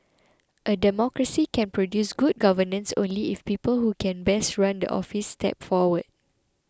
a democracy can produce good governance only if people who can best run the office step forward